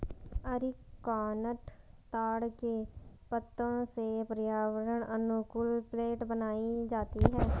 areca nut ताड़ के पत्तों से पर्यावरण अनुकूल प्लेट बनाई जाती है